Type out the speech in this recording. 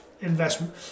investment